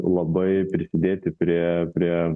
labai prisidėti prie prie